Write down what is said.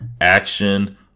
Action